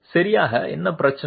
சரியாக என்ன பிரச்சினை